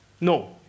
No